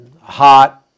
hot